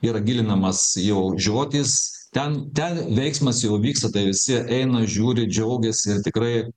yra gilinamas jau žiotys ten ten veiksmas jau vyksta tai visi eina žiūri džiaugiasi ir tikrai